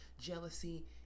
jealousy